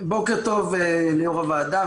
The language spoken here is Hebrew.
בוקר טוב ליו"ר הוועדה,